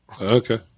Okay